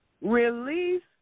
Release